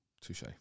touche